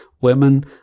women